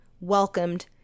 welcomed